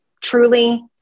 Truly